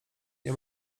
nie